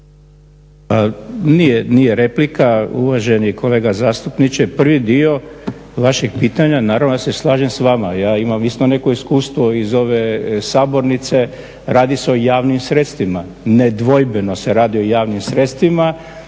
Nije replika, uvaženi kolega zastupniče. Prvi dio vašeg pitanja, naravno ja se slažem s vama. Ja imam isto neko iskustvo iz ove sabornice. Radi se o javnim sredstvima, nedvojbeno se radi o javnim sredstvima